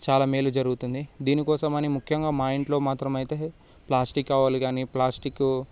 చాలా మేలు జరుగుతుంది దేని కోసమని ముఖ్యంగా మా ఇంట్లో మాత్రం అయితే ప్లాస్టిక్ కవర్లు కాని ప్లాస్టిక్